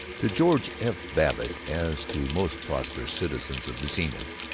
to george f. babbitt, as to most prosperous citizens of zenith,